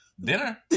dinner